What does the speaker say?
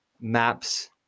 maps